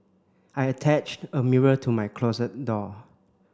I attached a mirror to my closet door